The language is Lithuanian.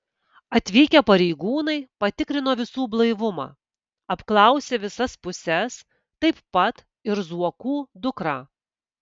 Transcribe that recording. atvykę pareigūnai patikrino visų blaivumą apklausė visas puses taip pat ir zuokų dukrą